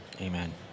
Amen